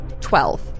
Twelve